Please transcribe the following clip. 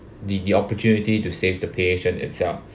the the opportunity to save the patient itself